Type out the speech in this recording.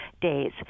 days